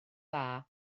dda